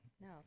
no